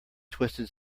twisted